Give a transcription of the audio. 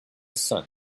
sun